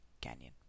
Canyon